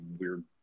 weird